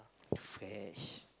fresh